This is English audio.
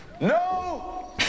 No